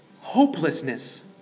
hopelessness